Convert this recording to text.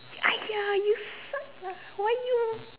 ya you suck lah why you